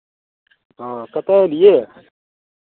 हँ कतय अयलियैए